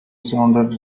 sounded